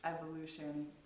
evolution